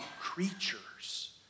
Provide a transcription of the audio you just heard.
creatures